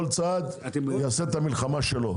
כל צד יעשה את המלחמה שלו.